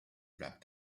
rapped